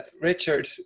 Richard